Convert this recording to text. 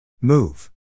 Move